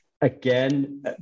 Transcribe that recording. again